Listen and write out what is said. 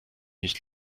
nicht